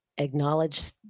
Acknowledge